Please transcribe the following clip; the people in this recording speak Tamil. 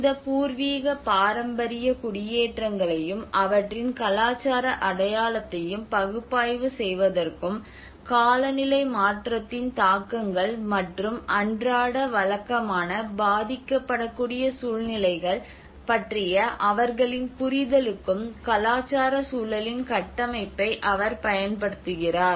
இந்த பூர்வீக பாரம்பரிய குடியேற்றங்களையும் அவற்றின் கலாச்சார அடையாளத்தையும் பகுப்பாய்வு செய்வதற்கும் காலநிலை மாற்றத்தின் தாக்கங்கள் மற்றும் அன்றாட வழக்கமான பாதிக்கப்படக்கூடிய சூழ்நிலைகள் பற்றிய அவர்களின் புரிதலுக்கும் கலாச்சார சூழலின் கட்டமைப்பை அவர் பயன்படுத்துகிறார்